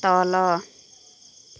तल